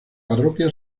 parroquia